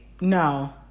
No